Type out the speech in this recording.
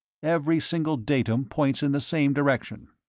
every single datum points in the same direction.